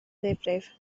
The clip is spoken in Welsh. ddifrif